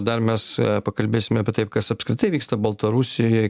dar mes pakalbėsime apie tai kas apskritai vyksta baltarusijoj